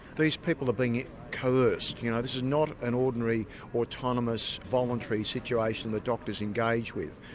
these people are being coerced, you know this is not an ordinary autonomous, voluntary situation that doctors engage with.